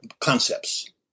concepts